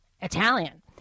Italian